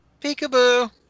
Peekaboo